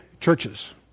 churches